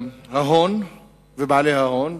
ההון ובעלי ההון.